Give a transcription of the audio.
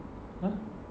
!huh!